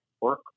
work